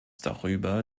darüber